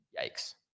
yikes